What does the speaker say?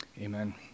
Amen